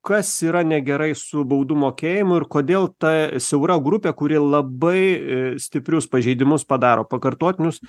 kas yra negerai su baudų mokėjimu ir kodėl ta siaura grupė kuri labai stiprius pažeidimus padaro pakartotinius